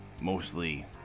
mostly